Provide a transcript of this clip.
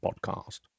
podcast